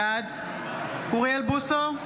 בעד אוריאל בוסו,